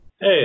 Hey